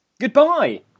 Goodbye